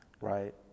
right